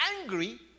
angry